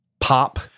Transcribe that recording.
pop